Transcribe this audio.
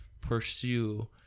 pursue